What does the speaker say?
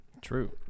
True